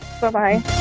Bye-bye